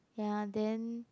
ya then